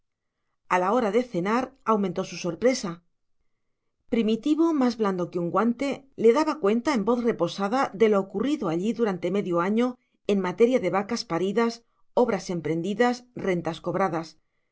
a la hora de cenar aumentó su sorpresa primitivo más blando que un guante le daba cuenta en voz reposada de lo ocurrido allí durante medio año en materia de vacas paridas obras emprendidas rentas cobradas